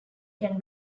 can